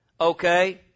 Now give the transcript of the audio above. Okay